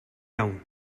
iawn